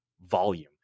volume